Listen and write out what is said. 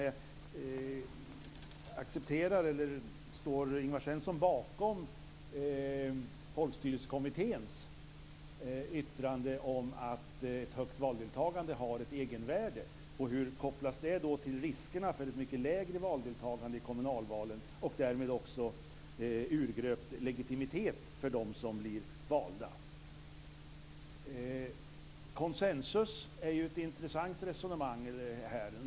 Den andra frågan är: Står Ingvar Svensson bakom Folkstyrelsekommitténs yttrande om att ett högt valdeltagande har ett egenvärde, och hur kopplas det då till riskerna för ett mycket lägre valdeltagande i kommunalvalen och därmed också urgröpt legitimitet för dem som blir valda? Konsensus är ju ett intressant resonemang här.